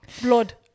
Blood